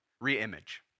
re-image